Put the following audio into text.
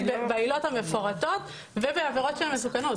בעילות המפורטות ובעבירות שהן עבירות מסוכנות.